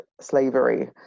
slavery